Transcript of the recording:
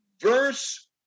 verse